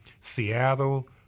Seattle